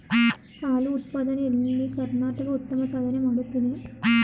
ಹಾಲು ಉತ್ಪಾದನೆ ಎಲ್ಲಿ ಕರ್ನಾಟಕ ಉತ್ತಮ ಸಾಧನೆ ಮಾಡುತ್ತಿದೆ